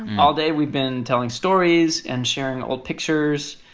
all day, we've been telling stories and sharing old pictures,